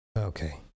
okay